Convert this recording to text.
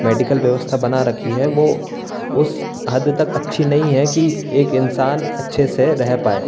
medical व्यवस्था बना रखी है वो उस हद तक अच्छी नहीं है के एक इंसान अच्छे से रह पाए